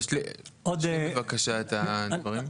תשלים בבקשה את הדברים.